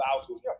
thousands